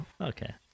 Okay